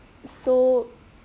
so